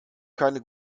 keine